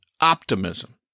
optimism